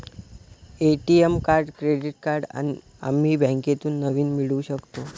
ATM card credit card आम्ही बँकेतून नवीन मिळवू शकतो